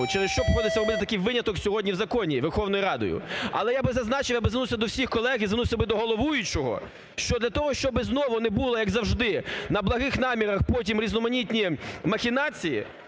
через що робиться такий виняток сьогодні в законі Верховною Радою. Але я би зазначив, я би звернувся до всіх колег і звернувся би до головуючого, що для того, щоби знову не було, як завжди, на благих намірах потім різноманітні махінації,